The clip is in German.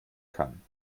kann